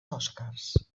oscars